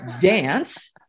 dance